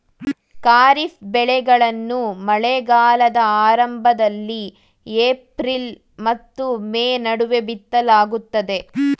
ಖಾರಿಫ್ ಬೆಳೆಗಳನ್ನು ಮಳೆಗಾಲದ ಆರಂಭದಲ್ಲಿ ಏಪ್ರಿಲ್ ಮತ್ತು ಮೇ ನಡುವೆ ಬಿತ್ತಲಾಗುತ್ತದೆ